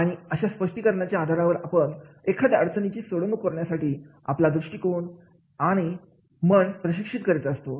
आणि अशा स्पष्टीकरण याच्या आधारावर आपण एखाद्या अडचणीची सोडवणूक करण्यासाठी आपला दृष्टिकोन आणि मन प्रशिक्षित करीत असतो